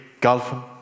Golfing